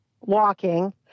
walking